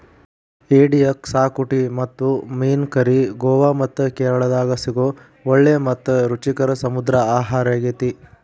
ಏಡಿಯ ಕ್ಸಾಕುಟಿ ಮತ್ತು ಮೇನ್ ಕರಿ ಗೋವಾ ಮತ್ತ ಕೇರಳಾದಾಗ ಸಿಗೋ ಒಳ್ಳೆ ಮತ್ತ ರುಚಿಯಾದ ಸಮುದ್ರ ಆಹಾರಾಗೇತಿ